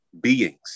beings